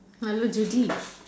hello Judy